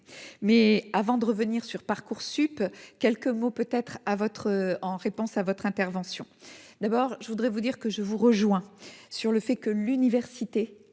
mais avant de revenir sur Parcoursup, quelques mots peut-être à votre en réponse à votre intervention, d'abord je voudrais vous dire que je vous rejoins sur le fait que l'université